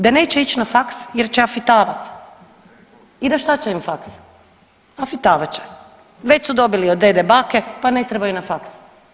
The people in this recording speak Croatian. Da neće ići na faks jer će afitavat i da šta će im faks afitavat će, već su dobili od dede, bake pa ne trebaju na faks.